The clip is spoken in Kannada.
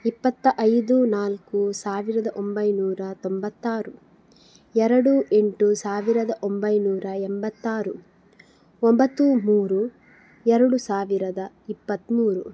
ಇಪ್ಪತ್ತ ಐದು ನಾಲ್ಕು ಸಾವಿರದ ಒಂಬೈನೂರ ತೊಂಬತ್ತಾರು ಎರಡು ಎಂಟು ಸಾವಿರದ ಒಂಬೈನೂರ ಎಂಬತ್ತಾರು ಒಂಬತ್ತು ಮೂರು ಎರಡು ಸಾವಿರದ ಇಪ್ಪತ್ಮೂರು